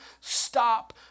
stop